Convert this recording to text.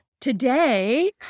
Today